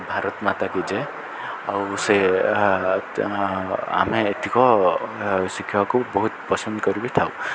ଁ ଭାରତ ମାତା କିି ଜୟ ଆଉ ସେ ଆମେ ଏତିକି ଶିଖିବାକୁ ବହୁତ ପସନ୍ଦ କରିଥାଉ